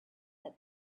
that